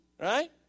right